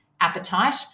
appetite